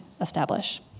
establish